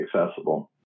accessible